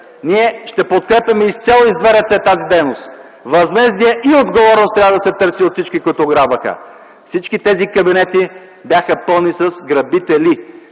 Ние ще подкрепяме изцяло с две ръце тази дейност. Възмездие и отговорност трябва да се търси от всички, които ограбваха. Всички тези кабинети бяха пълни с грабители